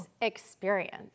experience